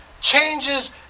changes